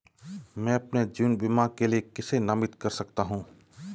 मैं अपने जीवन बीमा के लिए किसे नामित कर सकता हूं?